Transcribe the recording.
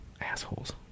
assholes